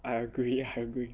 I agree I agree